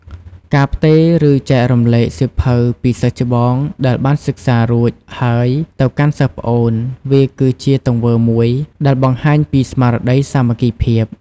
ការផ្ទេរ ឬចែករំលែកសៀវភៅពីសិស្សច្បងដែលបានសិក្សារួចហើយ ទៅកាន់សិស្សប្អូន វាគឺជាទង្វើមួយដែលបង្ហាញពីស្មារតីសាមគ្គីភាព។